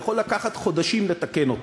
יכול לקחת חודשים לתקן אותה.